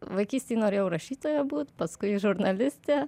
vaikystėj norėjau rašytoja būt paskui žurnaliste